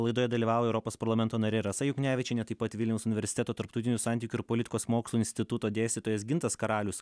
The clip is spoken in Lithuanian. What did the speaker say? laidoje dalyvauja europos parlamento narė rasa juknevičienė taip pat vilniaus universiteto tarptautinių santykių ir politikos mokslų instituto dėstytojas gintas karalius